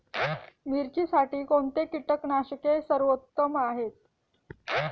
मिरचीसाठी कोणते कीटकनाशके सर्वोत्तम आहे?